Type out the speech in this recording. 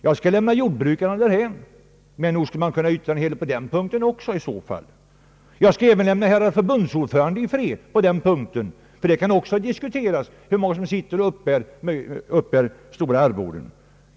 Jag skall lämna jordbrukarna därhän, men nog skulle man kunna yttra en hel del också på den punkten. Jag skall även lämna herrar förbundsordförande i fred, men det kan också diskuteras hur många sådana som sitter och uppbär stora arvoden.